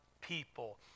people